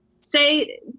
say